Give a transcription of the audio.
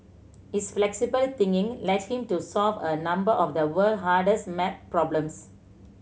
his flexible thinking led him to solve a number of the world hardest maths problems